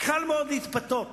קל מאוד להתפתות,